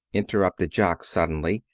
interrupted jock, suddenly,